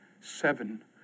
seven